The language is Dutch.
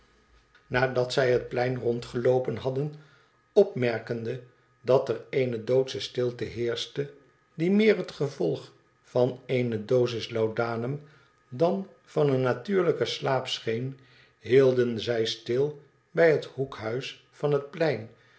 nadat zij het plein rondeloopen hadden opmerkende dat er eene doodsche stilte heerschte die meer het gevolg van eene dosis laudanum dan van een natuurlijken slaap scheen hielden zij stil bij het hoekhuis tan het plein